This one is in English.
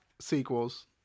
sequels